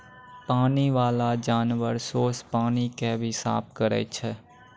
पानी बाला जानवर सोस पानी के भी साफ करै छै